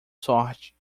sorte